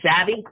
savvy